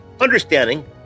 understanding